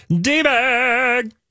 D-Bag